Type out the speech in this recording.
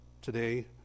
today